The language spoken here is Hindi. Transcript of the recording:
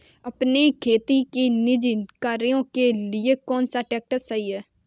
अपने खेती के निजी कार्यों के लिए कौन सा ट्रैक्टर सही है?